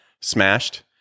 smashed